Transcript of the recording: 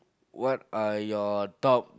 what are your top